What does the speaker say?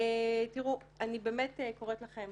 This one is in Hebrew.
אני באמת קוראת לכם